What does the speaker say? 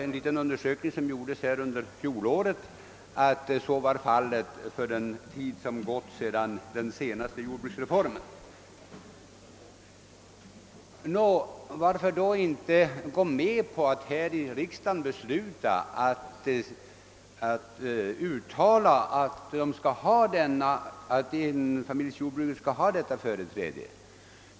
En undersökning som gjordes under fjolåret visar också att så varit fallet under den tid som gått efter den senaste jordbruksreformen. Varför går vi då inte med på ett uttalande av riksdagen att enfamiljsjordbruk skall ha detta företräde?